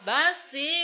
Basi